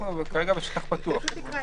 אנחנו כרגע בשטח פתוח.